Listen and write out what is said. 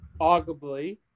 arguably